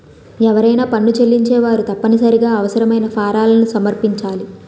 ఎవరైనా పన్ను చెల్లించేవారు తప్పనిసరిగా అవసరమైన ఫారాలను సమర్పించాలి